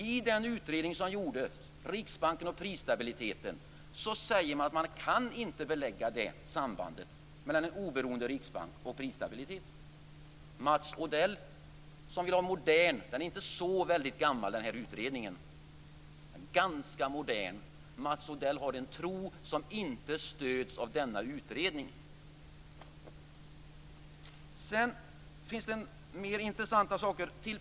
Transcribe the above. I den utredning som gjordes, Riksbanken och prisstabiliteten, säger man att man inte kan belägga sambandet mellan en oberoende riksbank, prisstabilitet och hög tillväxt. Till Mats Odell, som vill vara modern, vill jag säga att den här utredningen inte är så väldigt gammal utan ganska modern. Mats Odell har en tro som inte får stöd av denna utredning. Det finns flera intressanta argument.